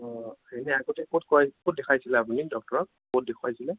অঁ এনে আগতে ক'ত কৰাই ক'ত দেখাইছিলে আপুনি ডক্তৰক ক'ত দেখুৱাইছিলে